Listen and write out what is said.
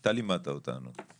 אתה לימדת אותנו.